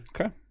Okay